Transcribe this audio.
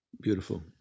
Beautiful